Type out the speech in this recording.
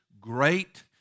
great